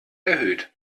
erhöht